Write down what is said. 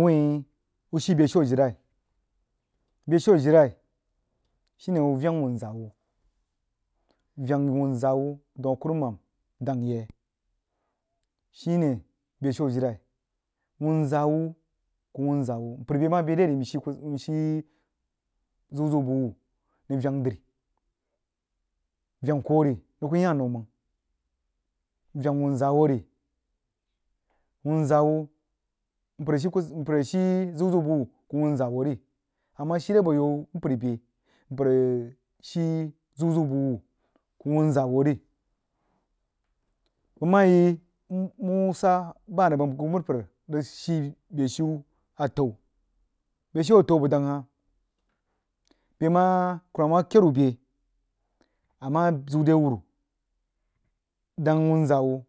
Wuin yi shi beshiu ajili beshiu ajilai shene wuh veng wunzah wuh, vang wunzah wuh daun a kuruman dang yi shine yi shi beshiu wun zah wuh kuh wuuzah wuh nshii zəuzəu bəg wha nan vang dri vang koh ri wuh kuh yaan nou mang vang whuzah asuh ri whun zah wuh mpər a shii kus mpər a shii zəu zəu bəg wuh kuh wunzah wuh ri a shii re boh kuh wunzah wuh ri bəg mah yi muh sah bib a nəng bəg agumpər rig shii beshiu atisu besgiu atə’u abəg dang hah bəs mah kurumam mah kəid wuh bəg a mah he uuru dang wunzah uhh